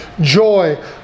joy